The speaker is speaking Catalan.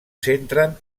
centren